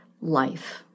life